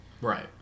Right